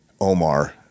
Omar